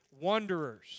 wanderers